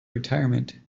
retirement